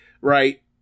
right